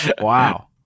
Wow